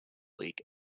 leak